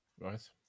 Right